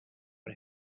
but